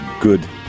good